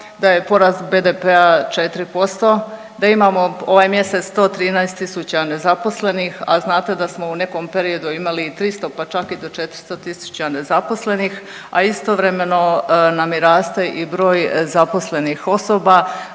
da je porast BDP-a 4%, da imamo ovaj mjesec 113 tisuća nezaposlenih, a znate da smo u nekom periodu imali i 300, pa čak i do 400 tisuća nezaposlenih, a istovremeno nam i raste broj zaposlenih osoba.